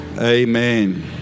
Amen